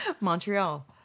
Montreal